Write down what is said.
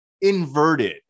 inverted